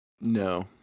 No